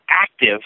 active